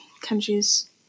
countries